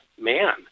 man